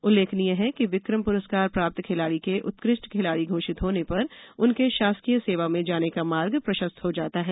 उल्लेखनीय है कि विक्रम पुरस्कार प्राप्त खिलाड़ी के उत्कृष्ट खिलाड़ी घोषित होने पर उनके शासकीय सेवा में जाने का मार्ग प्रशस्त हो जाता है